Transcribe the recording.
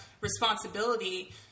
responsibility